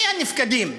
מי הנפקדים?